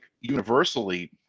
universally